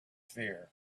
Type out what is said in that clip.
fear